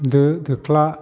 दो दोख्ला